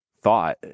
thought